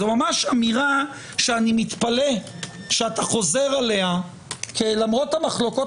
זו ממש אמירה שאני מתפלא שאתה חוזר עליה כי למרות המחלוקות